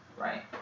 right